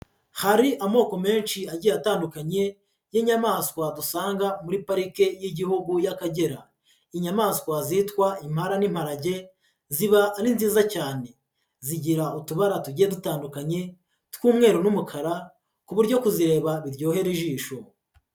Hari amoko menshi agiye atandukanye y'inyamaswa dusanga muri parike y'Igihugu y'Akagera, inyamaswa zitwa impara n'imparage ziba ni nziza cyane, zigira utubara tugiye dutandukanye tw'umweru n'umukara, ku buryo kuzireba biryohera ijisho.